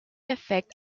effect